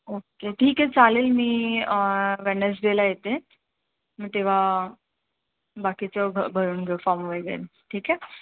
okay ठीक आहे चालेल मी वेनस्डेला येते मग तेव्हा बाकीचं भरून घेऊ फॉर्म वगैरे ठीक आहे